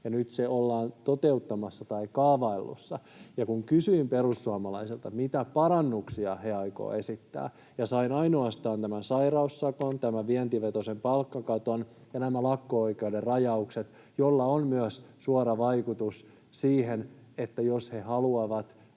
nyt se ollaan toteuttamassa tai on kaavailuissa. Kun kysyin perussuomalaisilta, mitä parannuksia he aikovat esittää, niin sain kuulla ainoastaan tämän sairaussakon, tämän vientivetoisen palkkakaton ja nämä lakko-oikeuden rajaukset, joilla on myös suora vaikutus siihen, jos he haluavat